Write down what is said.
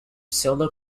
solo